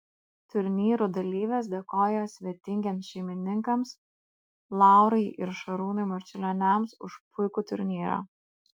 turnyrų dalyvės dėkojo svetingiems šeimininkams laurai ir šarūnui marčiulioniams už puikų turnyrą